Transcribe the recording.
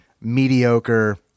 mediocre